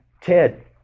Ted